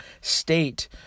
state